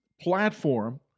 platform